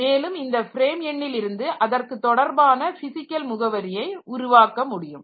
மேலும் இந்த ஃப்ரேம் எண்ணில் இருந்து அதற்கு தொடர்பான பிசிக்கல் முகவரியை உருவாக்க முடியும்